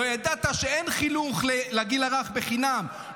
לא ידעת שאין חינוך לגיל הרך בחינם,